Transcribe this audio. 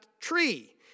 tree